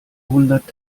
hundert